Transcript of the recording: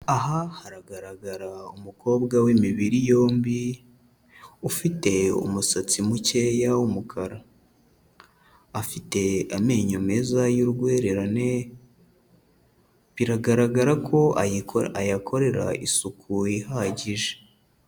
Aha haragaragara umukobwa w'imibiri yombi, ufite umusatsi mukeya w'umukara, afite amenyo meza y'ururwererane, biragaragara ko ayakorera isuku ihagije.